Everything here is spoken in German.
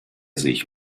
sich